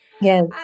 Yes